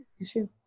issue